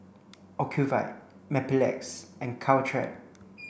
Ocuvite Mepilex and Caltrate